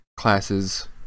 classes